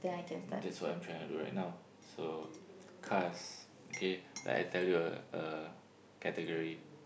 that's what I'm trying to do right now so cars K like I tell you a a category